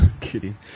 kidding